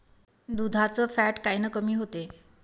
दुधाचं फॅट कायनं कमी होते?